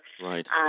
Right